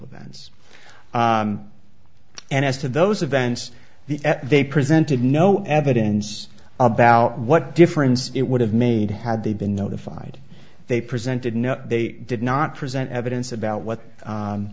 events and as to those events the they presented no evidence about what difference it would have made had they been notified they presented no they did not present evidence about what